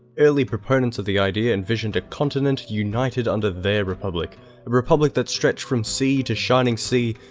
early proponents of the idea envisioned a continent united under their republic a republic that stretched from sea to shining sea,